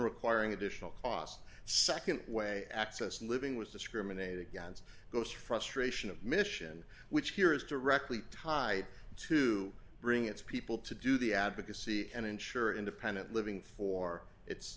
requiring additional cost nd way access living was discriminated against those frustration of mission which here is directly tied to bring its people to do the advocacy and ensure independent living for it's